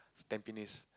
Tampines